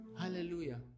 hallelujah